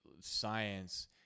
science